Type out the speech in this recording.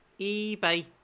eBay